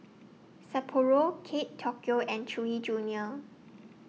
Sapporo Kate Tokyo and Chewy Junior